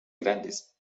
grandes